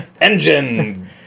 engine